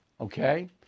okay